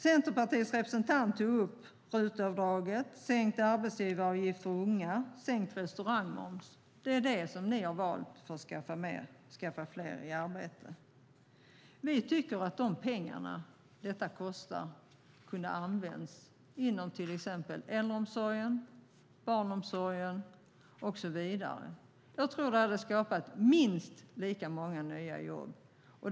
Centerpartiets representant tog upp RUT-avdraget, sänkt arbetsgivaravgift för unga och sänkt restaurangmoms - det som ni har valt för att få fler i arbete. Vi tycker att de pengar som detta kostar kunde ha använts inom till exempel äldreomsorgen, barnomsorgen och så vidare. Jag tror att det hade skapat minst lika många nya jobb.